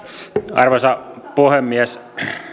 arvoisa puhemies